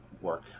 work